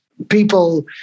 People